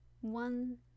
one